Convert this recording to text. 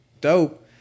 dope